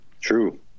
true